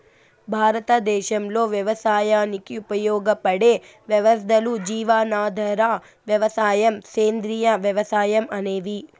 భారతదేశంలో వ్యవసాయానికి ఉపయోగపడే వ్యవస్థలు జీవనాధార వ్యవసాయం, సేంద్రీయ వ్యవసాయం అనేవి